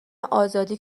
آزادی